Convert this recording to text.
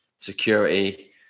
Security